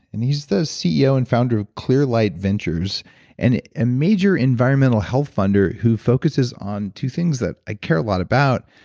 and he's the ceo and founder of clear light ventures and ah major environmental health funder who focuses on two things that i care a lot about.